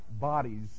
bodies